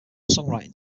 songwriting